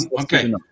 Okay